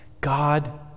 God